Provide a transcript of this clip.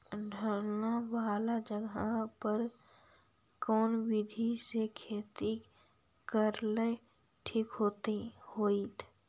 ढलान वाला जगह पर कौन विधी से खेती करेला ठिक होतइ?